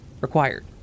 required